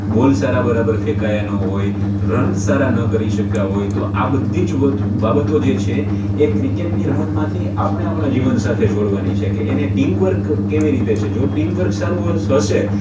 બોલ સારા બરાબર ફેંકાયા ન હોય રન સારા ન કરી શક્યા હોય તો બધી જ બાબતો જે છે એ ક્રિકેટની રમતમાંથી આપણે આપણાં જીવન સાથે જોડવાની છેકે એને ટીમ વર્ક કેવી રીતે છે જો ટીમ વર્ક સારું હશે